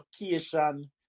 location